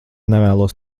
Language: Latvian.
nevēlos